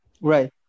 Right